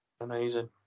Amazing